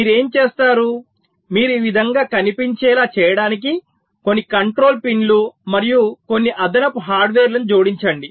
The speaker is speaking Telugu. మీరు ఏమి చేస్తారు మీరు ఈ విధంగా కనిపించేలా చేయడానికి కొన్ని కంట్రోల్ పిన్ లు మరియు కొన్ని అదనపు హార్డ్వేర్లను జోడించండి